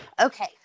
okay